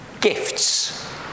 gifts